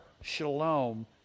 shalom